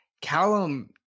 Callum